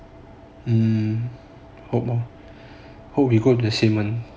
hope ah hope you get in